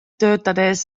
töötades